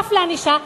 ויוכפף לענישה.